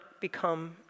become